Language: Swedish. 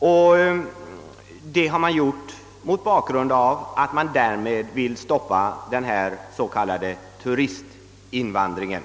Skälet härtill är att man vill stoppa den s.k. turistinvandringen.